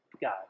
God